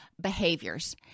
behaviors